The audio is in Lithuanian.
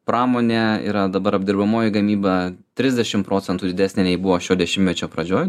pramonė yra dabar apdirbamoji gamyba trisdešimt procentų didesnė nei buvo šio dešimtmečio pradžioje